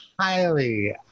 highly